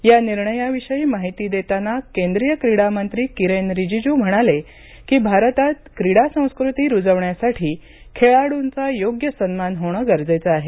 या निर्णयाविषयी माहिती देताना केंद्रीय क्रीडा मंत्री किरेन रिजिजू म्हणाले की भारतात क्रीडा संस्कृती रुजवण्यासाठी खेळाडूंचा योग्य सन्मान होणे गरजेचं आहे